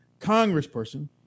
congressperson